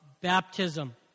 baptism